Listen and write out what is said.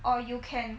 or you can